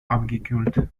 abgekühlt